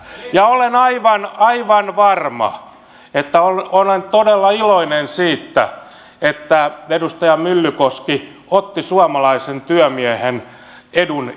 ja olen aivan aivan varmaa että olen olen todella iloinen siitä että edustaja myllykoski otti suomalaisen työmiehen edun esiin